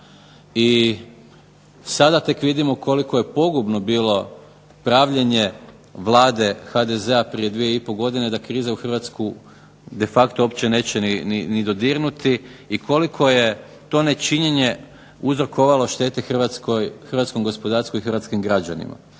i sada tek vidimo koliko je pogubno bilo pravljenje Vlade HDZ-a prije dvije i pol godine, da kriza u Hrvatsku de facto uopće neće ni dodirnuti i koliko je to nečinjenje uzrokovalo štete Hrvatskoj, hrvatskom gospodarstvu i hrvatskim građanima.